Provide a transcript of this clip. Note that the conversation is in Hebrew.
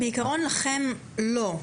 בעיקרון לכם לא.